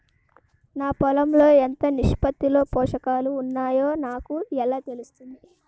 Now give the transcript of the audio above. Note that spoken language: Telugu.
నా పొలం లో ఎంత నిష్పత్తిలో పోషకాలు వున్నాయో నాకు ఎలా తెలుస్తుంది?